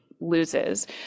loses